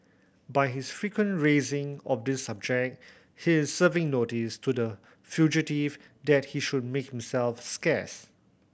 by his frequent raising of this subject he is serving notice to the fugitive that he should make himself scarce